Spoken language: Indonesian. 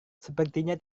sepertinya